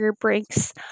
breaks